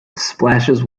splashes